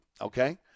okay